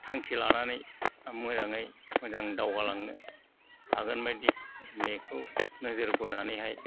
थांखि लानानै मोजाङै मोजां दावगालांनो हागोनबायदि बेखौ नोजोर बोनानैहाय